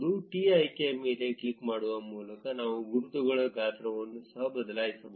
T ಆಯ್ಕೆಯ ಮೇಲೆ click ಮಾಡುವ ಮೂಲಕ ನಾವು ಗುರುತುಗಳ ಗಾತ್ರವನ್ನು ಸಹ ಬದಲಾಯಿಸಬಹುದು